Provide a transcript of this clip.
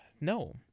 No